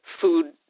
food